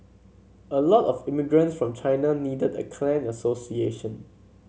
a lot of immigrants from China needed a clan association